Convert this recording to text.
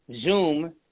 Zoom